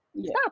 stop